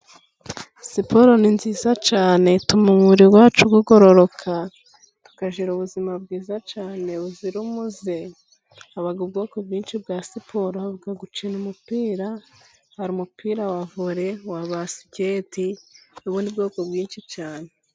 Siporo ni nziza cyane ituma umubiri wacu ugororoka, tukagira ubuzima bwiza cyane, buzira umuze, habaho ubwoko bwinshi bwa siporo: gukina umupira, hari umupira wa vore, uwa basiketi n'ubundi bwoko bwinshi cyane.